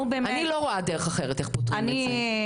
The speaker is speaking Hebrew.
אני לא רואה דרך אחרת לפתור את זה.